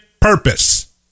purpose